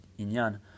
Inyan